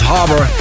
Harbor